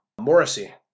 Morrissey